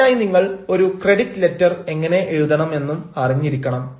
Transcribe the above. അതിനായി നിങ്ങൾ ഒരു ക്രെഡിറ്റ് ലെറ്റർ എങ്ങനെ എഴുതണം എന്നും അറിഞ്ഞിരിക്കണം